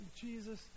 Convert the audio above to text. Jesus